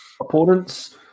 opponents